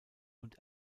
und